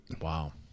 Wow